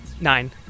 Nine